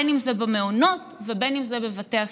אם זה במעונות ואם זה בבתי הספר.